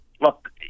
Look